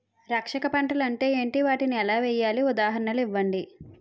రక్షక పంటలు అంటే ఏంటి? వాటిని ఎలా వేయాలి? ఉదాహరణలు ఇవ్వండి?